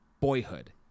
Boyhood